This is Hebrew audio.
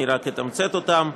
אני רק אתמצת אותם: